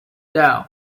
down